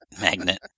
Magnet